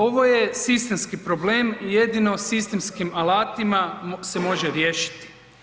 Ovo je sistemski problem i jedino sistemskim alatima se može riješiti.